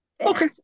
Okay